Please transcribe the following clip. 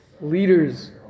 leaders